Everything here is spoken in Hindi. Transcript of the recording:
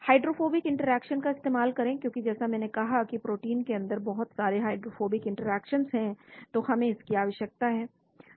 हाइड्रोफोबिक इंटरैक्शन का इस्तेमाल करें क्योंकि जैसा मैंने कहा कि प्रोटीन के अंदर बहुत सारे हाइड्रोफोबिक इंटरैक्शन हैं तो हमें इसकी आवश्यकता है